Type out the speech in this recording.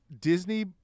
Disney